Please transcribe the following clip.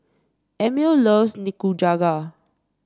Emil loves Nikujaga